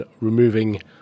removing